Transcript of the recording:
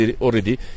already